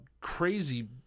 crazy